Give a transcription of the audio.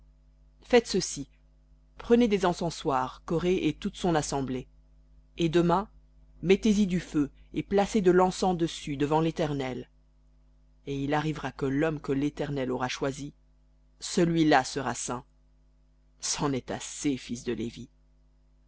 faites ceci prenez des encensoirs coré et toute son assemblée et demain mettez-y du feu et placez de l'encens dessus devant l'éternel et il arrivera que l'homme que l'éternel aura choisi celui-là sera saint c'en est assez fils de lévi